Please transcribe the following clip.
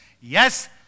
Yes